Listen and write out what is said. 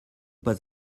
pas